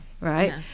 right